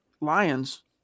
Lions